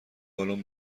بالن